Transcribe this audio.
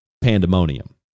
pandemonium